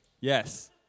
Yes